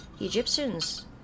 egyptians